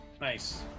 Nice